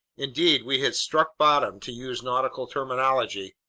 indeed, we had struck bottom, to use nautical terminology,